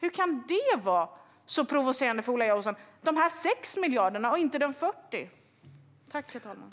Hur kan dessa 6 miljarder vara så provocerande för Ola Johansson och inte de 40 miljarderna?